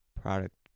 product